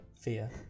fear